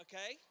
Okay